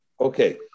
Okay